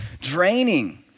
draining